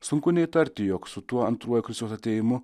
sunku neįtarti jog su tuo antruoju kristaus atėjimu